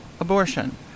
abortion